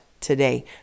today